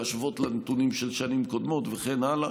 להשוות לנתונים של שנים קודמות וכן הלאה.